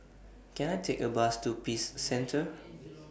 Can I Take A Bus to Peace Centre